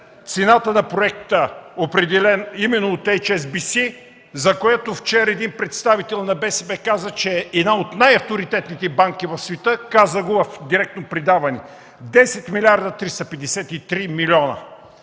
цената на проекта, определени именно от „Ейч Ес Би Си”, за която вчера един представител на БСП каза, че е една от най-авторитетните банки в света (каза го в директно предаване) – 10 млрд. 353 милиона?